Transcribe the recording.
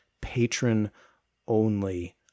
patron-only